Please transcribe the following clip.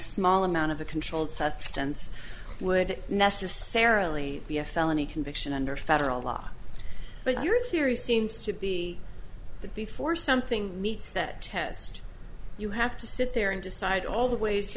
small amount of a controlled substance would necessarily be a felony conviction under federal law but your theory seems to be that before something meets that test you have to sit there and decide all the wa